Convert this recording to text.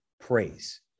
praise